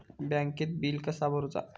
बँकेत बिल कसा भरुचा?